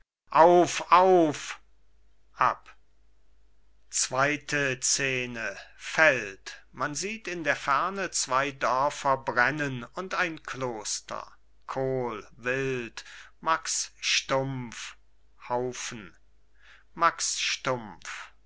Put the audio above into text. auf ab man sieht in der ferne zwei dörfer brennen und ein kloster kohl wild max stumpf haufen max stumpf